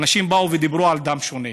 כשאנשים באו ודיברו על דם שונה